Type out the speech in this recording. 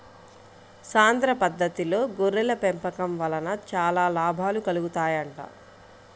సాంద్ర పద్దతిలో గొర్రెల పెంపకం వలన చాలా లాభాలు కలుగుతాయంట